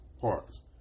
parts